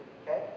okay